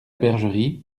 bergerie